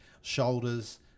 shoulders